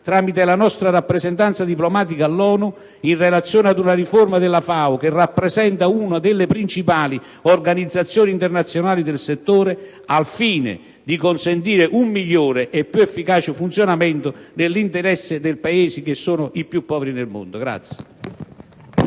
tramite la nostra rappresentanza diplomatica all'ONU, in relazione ad una riforma della FAO che rappresenta una delle principali organizzazioni internazionali del settore, al fine di consentire un migliore e più efficace funzionamento nell'interesse dei Paesi più poveri del mondo.